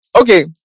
Okay